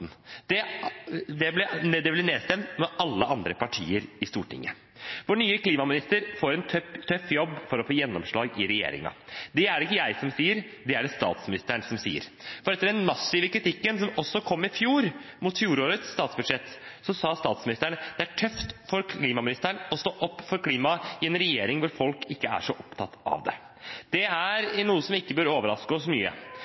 Det ble nedstemt av alle andre partier i Stortinget. Vår nye klimaminister får en tøff jobb med å få gjennomslag i regjeringen. Det er det ikke jeg som sier – det er det statsministeren som sier. For etter den massive kritikken som også kom mot fjorårets statsbudsjett, sa statsministeren: «Det er tøffere å stå på for klimaet i en regjering hvor noen ikke er så opptatt av det.» Det er noe som ikke bør overraske oss mye.